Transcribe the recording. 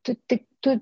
tu tik tu